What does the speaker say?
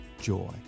joy